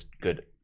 good